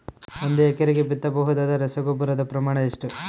ಒಂದು ಎಕರೆಗೆ ಬಿತ್ತಬಹುದಾದ ರಸಗೊಬ್ಬರದ ಪ್ರಮಾಣ ಎಷ್ಟು?